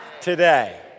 today